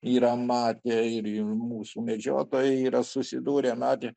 yra matę ir mūsų medžiotojai yra susidūrę matę